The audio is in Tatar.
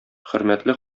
хөрмәтле